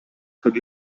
could